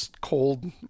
Cold